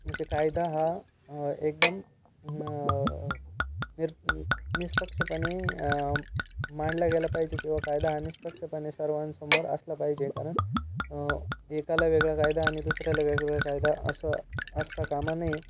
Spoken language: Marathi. म्हणजे कायदा हा आ एकदम आ निर निस्पक्षपने आ मांडला गेला पाहिजे किंवा कायदा हा निस्पक्षपणे सर्वांसमोर असला पाहिजे कारण एकाला वेगळा कायदा आणि दुसऱ्याला वेगळा कायदा असं असता कामा नये